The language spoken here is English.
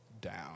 down